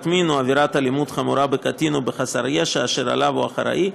מין או עבירת אלימות חמורה בקטין או בחסר ישע אשר לו הוא אחראי,